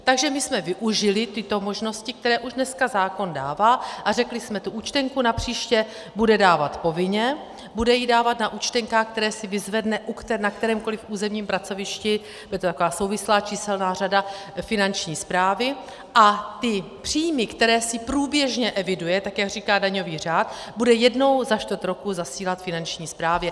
Takže jsme využili tyto možnosti, které už dneska zákon dává, a řekli jsme, tu účtenku napříště bude dávat povinně, bude ji dávat na účtenkách, které si vyzvedne na kterémkoli územním pracovišti, je to taková souvislá číselná řada Finanční správy, a ty příjmy, které si průběžně eviduje, jak říká daňový řád, bude jednou za čtvrt roku zasílat Finanční správě.